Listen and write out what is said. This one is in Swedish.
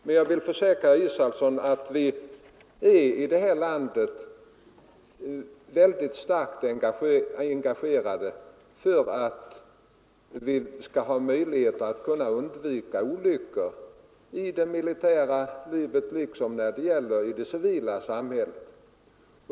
Men jag vill försäkra herr Israelsson att vi i vårt land är mycket starkt engagerade i strävandena att undvika olyckor i det militära livet liksom i det civila.